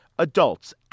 Adults